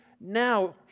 now